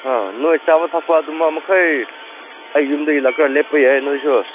ꯅꯣꯏ ꯆꯥꯕ ꯊꯛꯄ ꯑꯗꯨꯝ ꯃꯈꯩ ꯑꯩ ꯌꯨꯝꯗ ꯂꯦꯛꯄ ꯌꯥꯏ ꯅꯣꯏꯁꯨ